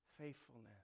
faithfulness